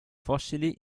fossili